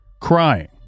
crying